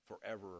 forever